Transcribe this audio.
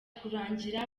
kurangira